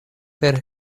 per